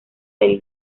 del